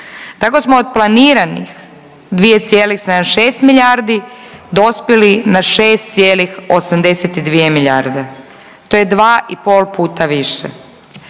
da smo od planiranih 2,76 milijardi dospjeli na 6,82 milijarde. To je 2 i pol puta više.